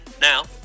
now